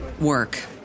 work